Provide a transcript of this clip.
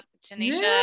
Tanisha